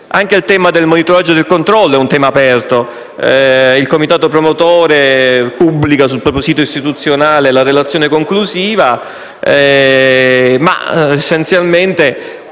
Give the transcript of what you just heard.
Anche il tema del monitoraggio e del controllo rimane aperto. Il comitato promotore pubblica sul proprio sito istituzionale la relazione conclusiva, ma un vero